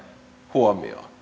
huomioon